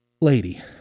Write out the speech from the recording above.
Lady